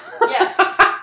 yes